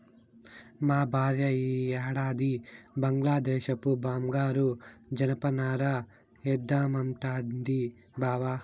మా భార్య ఈ ఏడాది బంగ్లాదేశపు బంగారు జనపనార ఏద్దామంటాంది బావ